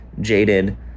jaded